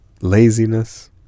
laziness